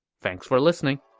thanks for listening!